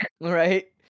right